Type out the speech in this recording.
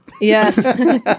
Yes